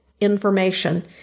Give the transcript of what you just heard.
information